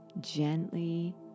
gently